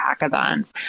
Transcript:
hackathons